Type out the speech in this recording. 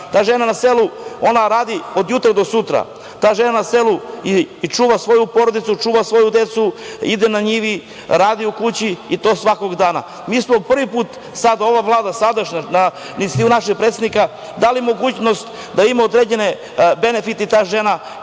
Ta žena na selu radi od jutra do sutra. Ta žena na selu čuva svoju porodicu, čuva svoju decu, ide na njivu, radi u kući i to svakog dana. Mi smo prvi put, sada ova sadašnja Vlada, na insistiranje našeg predsednika, dali mogućnost da ima određene benefite i ta žena